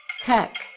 Tech